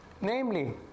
Namely